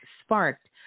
sparked